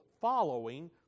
following